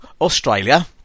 Australia